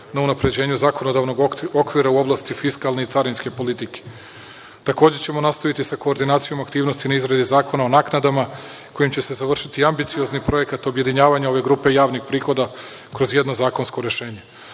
na unapređenju zakonodavnog okvira u oblasti fiskalne i carinske politike. Nastavićemo sa koordinacijom aktivnosti na izradi zakona o naknadama kojim će se završiti ambiciozni projekat objedinjavanja ove grupe javnih prihoda kroz jedno zakonsko rešenje.